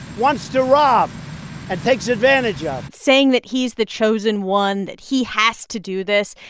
wants to rob and takes advantage of saying that he's the chosen one, that he has to do this,